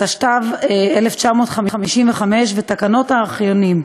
התשט"ו 1955, ותקנות הארכיונים.